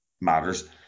matters